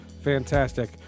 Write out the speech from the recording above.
fantastic